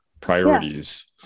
priorities